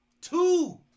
Two